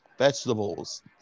Vegetables